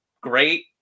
great